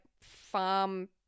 farm